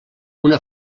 una